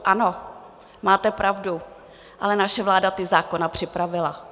Ano, máte pravdu, ale naše vláda ty zákony připravila.